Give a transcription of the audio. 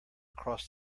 across